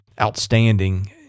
outstanding